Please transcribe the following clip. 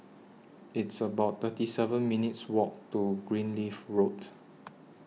It's about thirty seven minutes' Walk to Greenleaf Road